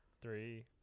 three